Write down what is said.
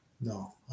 no